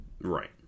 Right